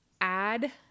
add